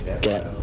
get